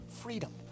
Freedom